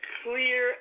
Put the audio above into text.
clear